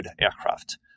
aircraft